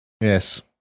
Yes